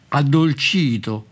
addolcito